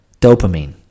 Dopamine